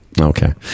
Okay